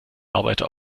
arbeiter